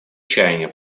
чаяния